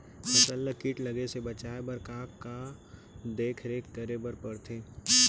फसल ला किट लगे से बचाए बर, का का देखरेख करे बर परथे?